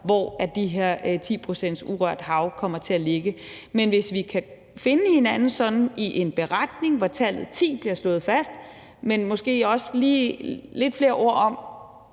hvor de her 10 pct. urørt hav kommer til at ligge – skal jeg ikke kunne sige. Men hvis vi kan finde hinanden i en beretning, hvor tallet 10 bliver slået fast, men måske også med lidt flere ord om,